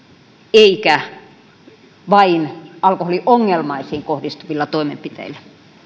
eikä vain alkoholiongelmaisiin kohdistuvilla toimenpiteillä